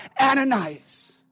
Ananias